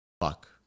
Fuck